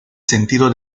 sentido